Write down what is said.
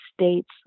state's